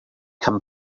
come